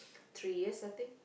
three years I think